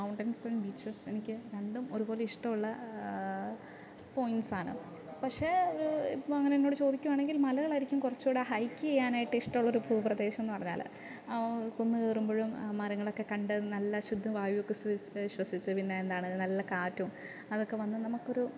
mountains and beaches എനിക്ക് രണ്ടും ഒരുപോലെ ഇഷ്ടമുള്ള പോയിൻസ് ആണ് പക്ഷേ ഇപ്പം അങ്ങനെ എന്നോട് ചോദിക്കുകയാണെങ്കിൽ മലകളായിരിക്കും കുറച്ചുംകൂടെ ഹൈക്ക് ചെയ്യാനായിട്ട് ഇഷ്ടവൊമുള്ള ഒരു ഭൂപ്രദേശമെന്ന് പറഞ്ഞാൽ കുന്നു കയറുമ്പഴും മരങ്ങളൊക്കെ കണ്ട് നല്ല ശുദ്ധ വായുവൊക്കെ ശ്വസിച്ച് പിന്നെ എന്താണ് നല്ല കാറ്റും അതൊക്കെ വന്ന് നമുക്കൊരു